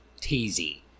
teasy